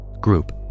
Group